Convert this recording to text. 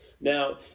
Now